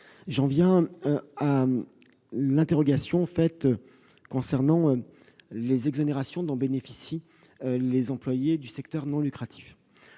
maintenant aux interrogations concernant les exonérations dont bénéficient les employés du secteur non lucratif.